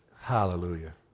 hallelujah